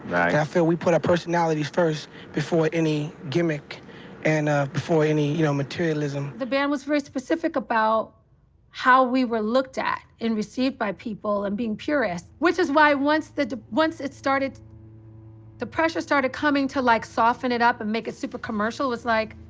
yeah feel we put our personalities first before any gimmick and ah before any, you know, materialism. the band was very specific about how we were looked at and received by people and being purists, which is why once it started the pressure started coming to like, soften it up and make it super commercial was like,